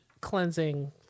cleansing